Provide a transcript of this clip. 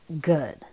good